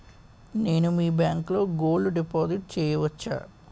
నేను మీ బ్యాంకులో గోల్డ్ డిపాజిట్ చేయవచ్చా?